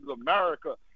america